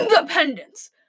Independence